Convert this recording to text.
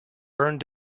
burned